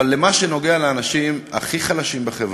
אבל במה שנוגע לאנשים הכי חלשים בחברה,